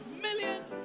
millions